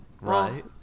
Right